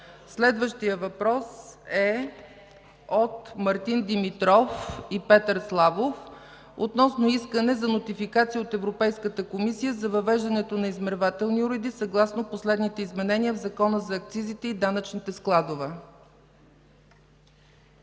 Следващият въпрос е от Мартин Димитров и Петър Славов относно искане за нотификация от Европейската комисия за въвеждането на измервателни уреди, съгласно последните изменения в Закона за акцизите и данъчните складове.